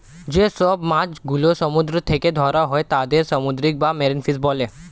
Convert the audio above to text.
যে সব মাছ গুলো সমুদ্র থেকে ধরা হয় তাদের সামুদ্রিক বা মেরিন ফিশ বলে